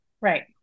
Right